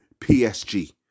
PSG